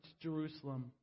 Jerusalem